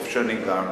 איפה שאני גר.